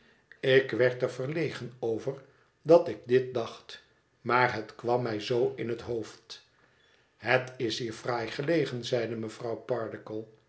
ik werd er verlegen over dat ik dit dacht maar het kwam mij zoo in het hoofd het is hier fraai gelegen zeide mevrouw pardiggle